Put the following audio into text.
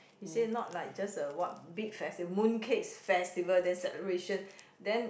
he say not like just a what big festival Mooncakes Festival that celebration